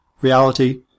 reality